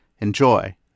Enjoy